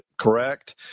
correct